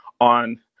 on